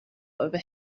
over